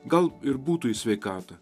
gal ir būtų į sveikatą